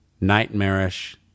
nightmarish